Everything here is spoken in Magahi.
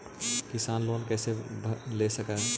किसान लोन कैसे ले सक है?